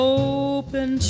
open